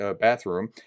bathroom